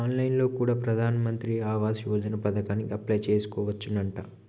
on line లో కూడా ప్రధాన్ మంత్రి ఆవాస్ యోజన పథకానికి అప్లై చేసుకోవచ్చునంట